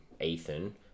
Ethan